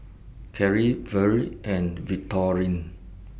Kerri Vere and Victorine